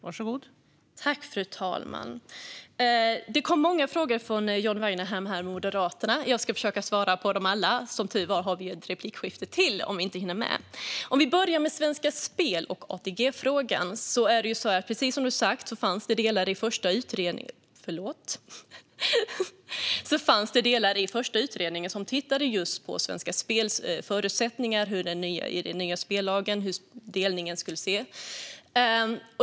Fru talman! Det kom många frågor från moderaten John Weinerhall. Jag ska försöka svara på dem alla. Som tur är har vi ett replikskifte till om jag inte hinner med nu. Jag kan börja med Svenska Spel och ATG-frågan. Precis som du sa fanns det delar i den första utredningen där man tittade just på Svenska Spels förutsättningar i den nya spellagen. Hur skulle delningen se ut?